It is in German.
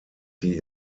sie